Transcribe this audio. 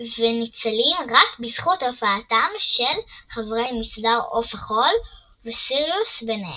וניצלים רק בזכות הופעתם של חברי מסדר עוף החול וסיריוס ביניהם,